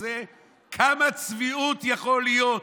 כמה צביעות יכולה להיות?